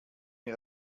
mir